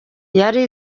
yari